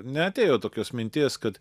neatėjo tokios minties kad